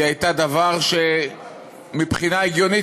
הייתה דבר שמבחינה הגיונית,